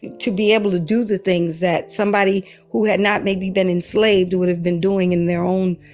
to be able to do the things that somebody who had not maybe been enslaved would have been doing in their own,